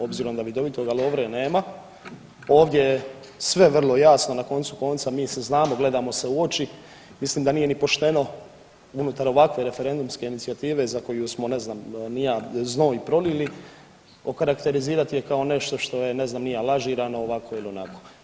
Obzirom da vidovitoga Lovre nema, ovdje je sve vrlo jasno, na koncu konca, mi se znamo, gledamo se u oči, mislim da nije ni pošteno unutar ovakve referendumske inicijative za koju smo, ne znam ni ja, znoj prolili, okarakterizirati je kao nešto što je ne znam ni ja, lažirano, ovakvo ili onakvo.